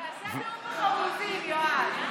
תעשה את נאום החמוצים, יועז.